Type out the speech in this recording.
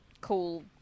Cool